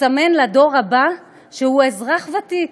מסמן לדור הבא שהוא אזרח ותיק,